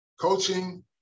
coaching